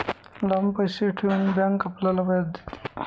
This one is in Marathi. लांब पैसे ठेवून बँक आपल्याला व्याज देते